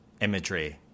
imagery